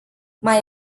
mai